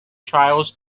trials